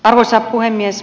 arvoisa puhemies